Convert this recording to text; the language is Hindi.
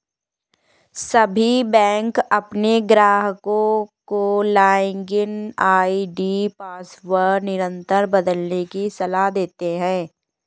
सभी बैंक अपने ग्राहकों को लॉगिन आई.डी पासवर्ड निरंतर बदलने की सलाह देते हैं